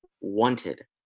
wanted